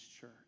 church